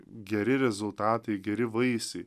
geri rezultatai geri vaisiai